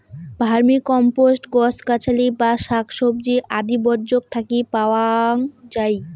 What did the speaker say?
vermicompost গছ গছালি বা শাকসবজি আদি বর্জ্যক থাকি পাওয়াং যাই